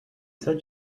said